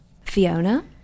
Fiona